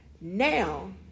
Now